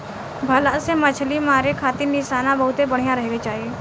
भला से मछली मारे खातिर निशाना बहुते बढ़िया रहे के चाही